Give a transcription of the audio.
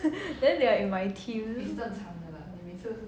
then they are in my team